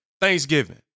Thanksgiving